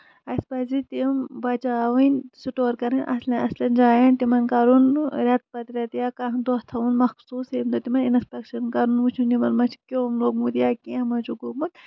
اَسہِ پَزِ تِم بَچاوٕنۍ سٹور کَرٕنۍ اَصٕلین اَصٕلین جاین تِمن کَرُن رٮ۪تہٕ پَتہٕ رٮ۪تہٕ یا کانہہ دۄہ تھاوُن مخصوٗس ییٚمہِ دۄہ تِمن اِنکپیکشن کرُن وٕچھُن تِمن مہ چھُ کیوٚم لوٚگمُت یا کیٚنٛہہ مہ چھُکھ گوٚومُت